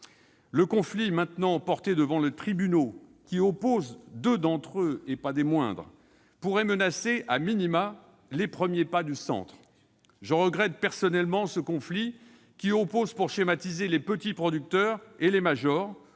Le conflit, maintenant porté devant les tribunaux, qui oppose deux d'entre eux- et pas des moindres -pourrait menacer les premiers pas du Centre. Je regrette personnellement ce conflit qui oppose, pour schématiser, « petits producteurs » et « majors